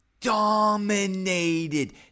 dominated